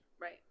Right